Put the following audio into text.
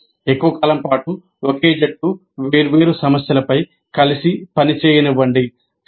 అంటే ఎక్కువ కాలం పాటు ఒకే జట్లు వేర్వేరు సమస్యలపై కలిసి పనిచేయనివ్వండి